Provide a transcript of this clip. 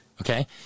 Okay